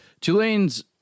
Tulane's